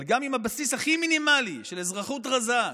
אבל גם עם הבסיס הכי מינימלי של אזרחות רזה,